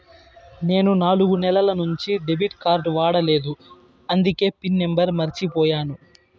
నేను నాలుగు నెలల నుంచి డెబిట్ కార్డ్ వాడలేదు అందికే పిన్ నెంబర్ మర్చిపోయాను